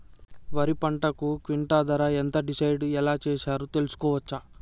వరి పంటకు క్వింటా ధర ఎంత డిసైడ్ ఎలా చేశారు తెలుసుకోవచ్చా?